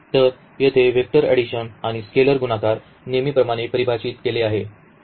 तर येथे vector addition आणि स्केलर गुणाकार नेहमीप्रमाणे परिभाषित केले आहे